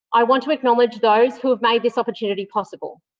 i want to acknowledge those who have made this opportunity possible.